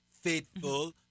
faithful